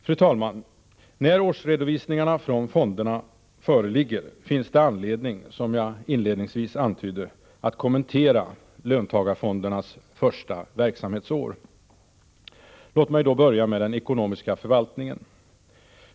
Fru talman! När årsredovisningarna från fonderna föreligger finns det anledning, som jag inledningsvis antydde, att kommentera löntagarfondernas första verksamhetsår. Låt mig börja med den ekonomiska förvaltningen.